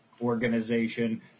organization